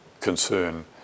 concern